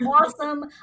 awesome